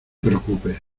preocupes